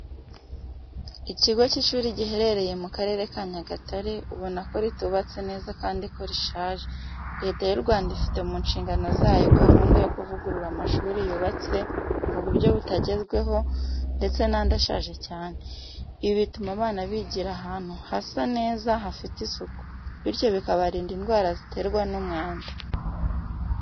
Ikigo cy'ishuri giherereye mu Karere ka Nyagatare, ubona ko ritubatse neza kandi ko rishaje. Leta y'u Rwanda ifite mu nshingano zayo gahunda yo kuvugurura amashuri yubatse mu buryo butagezweho ndetse n'andi ashaje cyane. Ibi bituma abana bigira ahantu hasa neza hafite isuku, bityo bikabarinda indwara ziterwa n'umwanda.